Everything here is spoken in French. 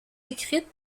écrites